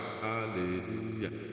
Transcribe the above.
Hallelujah